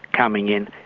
coming in.